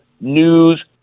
news